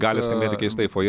gali skambėti keistai foje